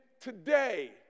today